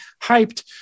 hyped